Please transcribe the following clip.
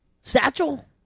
Satchel